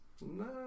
No